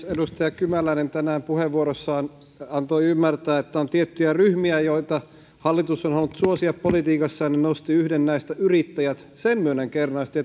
edustaja kymäläinen tänään puheenvuorossaan antoi ymmärtää että on tiettyjä ryhmiä joita hallitus on halunnut suosia politiikassaan ja nosti yhden näistä yrittäjät sen myönnän kernaasti